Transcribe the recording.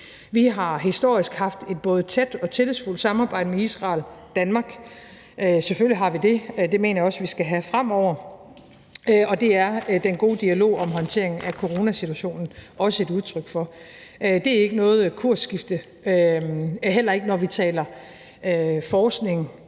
Danmark historisk haft et både tæt og tillidsfuldt forhold til Israel, selvfølgelig har vi det. Det mener jeg også vi skal have fremover. Og det er den gode dialog om håndteringen af coronasituationen også et udtryk for. Det er ikke noget kursskifte, heller ikke når vi taler forskning,